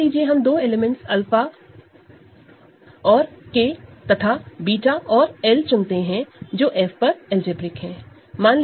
मान लीजिए हम दो एलिमेंट 𝛂 और K तथा β और L चुनते हैं जो अलजेब्रिक है ओवर F